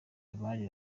abari